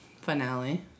finale